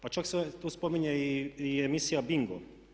Pa čak se tu spominje i emisija "Bingo"